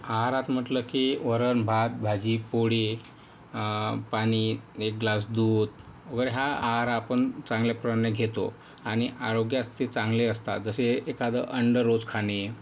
आहारात म्हटलं की वरण भात भाजी पोळी पाणी एक ग्लास दूध वगैरे हा आहार आपण चांगल्या प्रमाणे घेतो आणि आरोग्यास ते चांगले असतात जसे एखादं अंड रोज खाणे